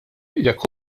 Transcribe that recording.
jekk